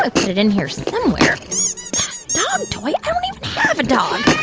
ah put it in here somewhere dog toy? i don't even have a dog oh,